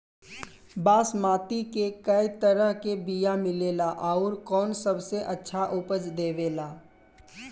बासमती के कै तरह के बीया मिलेला आउर कौन सबसे अच्छा उपज देवेला?